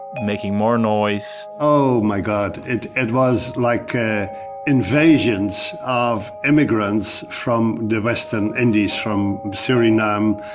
making more noise oh, my god. it it was like invasions of immigrants from the western indies, from suriname,